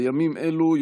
בימים אלו,